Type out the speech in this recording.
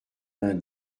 vingt